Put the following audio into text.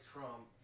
Trump